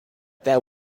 there